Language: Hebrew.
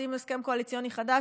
עושים הסכם קואליציוני חדש.